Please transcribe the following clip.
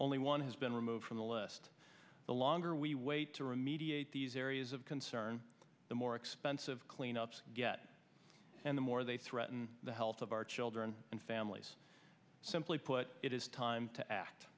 only one has been removed from the list the longer we wait to remediate these areas of concern the more expensive cleanups get and the more they threaten the health of our children and families simply put it is time to act